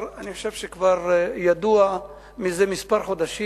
אני חושב שכבר ידוע זה כמה חודשים,